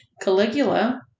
Caligula